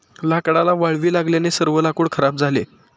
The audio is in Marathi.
लाकडाला वाळवी लागल्याने सर्व लाकूड खराब झाले